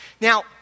Now